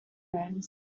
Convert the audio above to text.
rooms